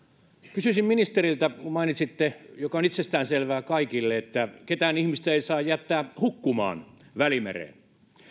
kysyisin ministeriltä kun mainitsitte asian joka on itsestään selvää kaikille että ketään ihmistä ei saa jättää hukkumaan välimereen